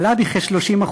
עלה בכ-30%.